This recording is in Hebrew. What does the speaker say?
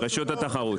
רשות התחרות.